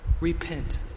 repent